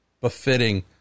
befitting